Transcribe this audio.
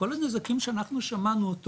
כל הנזקים שאנחנו שמענו,